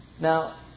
Now